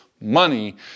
money